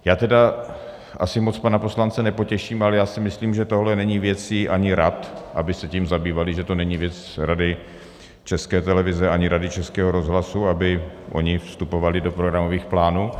Já tedy asi moc pana poslance nepotěším, ale já si myslím, že tohle není věcí ani rad, aby se tím zabývaly, že to není věc Rady České televize ani Rady Českého rozhlasu, aby ony vstupovaly do programových plánů.